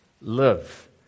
live